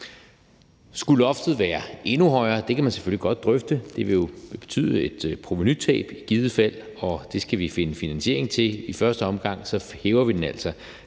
Skulle loftet være endnu højere? Det kan man selvfølgelig godt drøfte. Det vil jo i givet fald betyde et provenutab, og det skal vi finde finansiering til. I første omgang hæver vi det altså